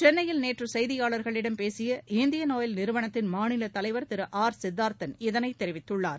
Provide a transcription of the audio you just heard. சென்னையில் நேற்று செய்தியாள்களிடம் பேசிய இந்திய ஆயில் நிறுவனத்தின் மாநில தலைவா திரு ஆர் சித்தா்த்தன் இதனைத் தெரிவித்துள்ளார்